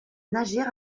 nager